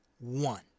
one